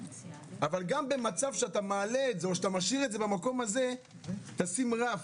אבל גם במצב שאתה מעלה את זה או שאתה משאיר את זה במקום הזה תשים רף,